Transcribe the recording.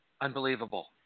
Unbelievable